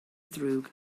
ddrwg